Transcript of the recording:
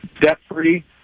debt-free